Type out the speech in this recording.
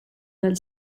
del